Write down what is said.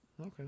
okay